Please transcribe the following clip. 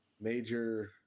major